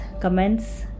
comments